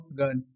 gun